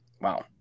Wow